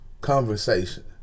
conversation